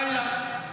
יאללה.